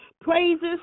praises